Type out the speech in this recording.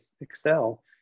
excel